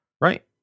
Right